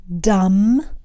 dumb